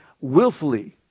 willfully